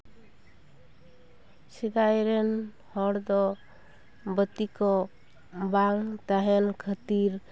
ᱥᱮᱫᱟᱭ ᱨᱮᱱ ᱦᱚᱲ ᱫᱚ ᱵᱟᱹᱛᱤ ᱠᱚ ᱵᱟᱝ ᱛᱟᱦᱮᱱ ᱠᱷᱟᱹᱛᱤᱨ